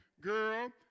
girl